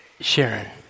Sharon